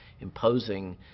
imposing